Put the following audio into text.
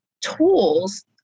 tools